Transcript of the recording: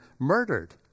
murdered